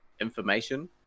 information